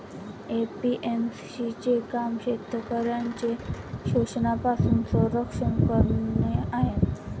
APMC चे काम शेतकऱ्यांचे शोषणापासून संरक्षण करणे आहे